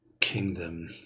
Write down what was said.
Kingdom